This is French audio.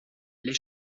les